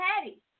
Patty